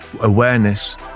awareness